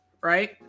right